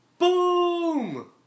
Boom